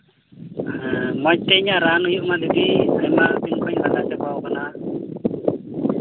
ᱦᱮᱸ ᱢᱚᱡᱽᱛᱮ ᱤᱧᱟᱹᱜ ᱨᱟᱱ ᱦᱩᱭᱩᱜᱢᱟ ᱫᱤᱫᱤ ᱟᱭᱢᱟ ᱫᱤᱱ ᱠᱷᱚᱱᱤᱧ ᱞᱟᱸᱜᱟ ᱪᱟᱵᱟᱣ ᱠᱟᱱᱟ